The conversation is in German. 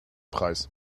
preis